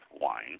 wine